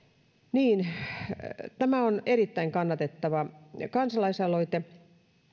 tämä on erittäin kannatettava kansalaisaloite